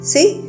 See